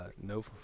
No